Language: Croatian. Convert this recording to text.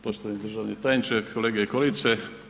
Poštovani državni tajniče, kolegice i kolege.